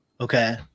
Okay